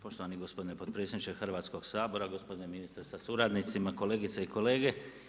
Poštovani gospodine potpredsjedniče Hrvatskog sabora, gospodine ministre sa suradnicima, kolegice i kolege.